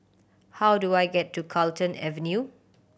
how do I get to Carlton Avenue